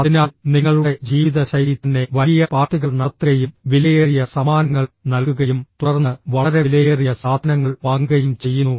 അതിനാൽ നിങ്ങളുടെ ജീവിതശൈലി തന്നെ വലിയ പാർട്ടികൾ നടത്തുകയും വിലയേറിയ സമ്മാനങ്ങൾ നൽകുകയും തുടർന്ന് വളരെ വിലയേറിയ സാധനങ്ങൾ വാങ്ങുകയും ചെയ്യുന്നു